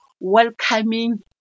welcoming